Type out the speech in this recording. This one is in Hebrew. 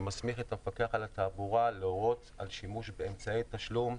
שמסמיך את המפקח על התחבורה להורות על שימוש באמצעי תשלום.